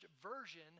version